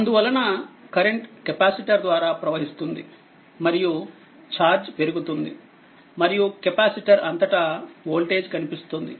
అందువలనకరెంట్కెపాసిటర్ ద్వారా ప్రవహిస్తుంది మరియు చార్జ్ పెరుగుతుంది మరియు కెపాసిటర్ అంతటా వోల్టేజ్ కనిపిస్తుంది